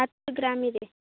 ಹತ್ತು ಗ್ರಾಮ್ ಇದೆ